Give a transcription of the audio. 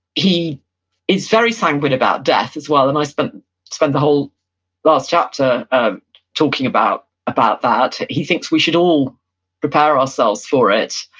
he is very sanguine about death as well, and i spent spent the whole last chapter um talking about about that. he thinks we should all prepare ourselves for it,